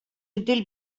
útil